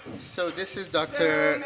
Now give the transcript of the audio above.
so this is dr.